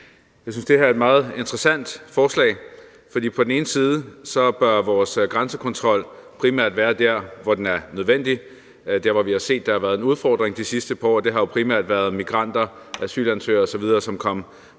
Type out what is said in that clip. Jeg synes, det her er et meget interessant forslag. For på den ene side bør vores grænsekontrol primært være dér, hvor den er nødvendig. Dér, hvor vi har set, at der har været en udfordring de sidste par år, har jo primært været med migranter, asylansøgere osv., som kom